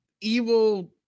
evil